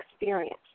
experience